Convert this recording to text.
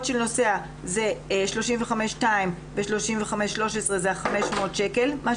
של נוסע הן 35(2) ו-35(13) 500 שקלים.